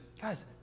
Guys